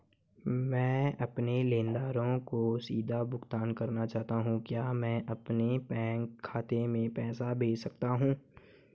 मैं अपने लेनदारों को सीधे भुगतान करना चाहता हूँ क्या मैं अपने बैंक खाते में पैसा भेज सकता हूँ?